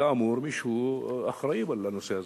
כאמור, מישהו אחראי לנושא הזה.